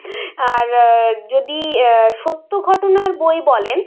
আর যদি সত্য ঘটনার বই বলেন